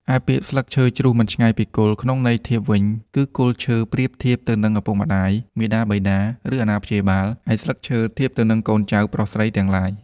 ឯពាក្យ ស្លឹកឈើជ្រុះមិនឆ្ងាយពីគល់ ក្នុងន័យធៀបវិញ គឺគល់ឈើប្រៀបធៀបទៅនិងឱពុកម្ដាយ មាតាបិតា ឬអាណាព្យាបាល ឯស្លឹកឈើធៀបទៅនិងកូនចៅប្រុសស្រីទាំងឡាយ។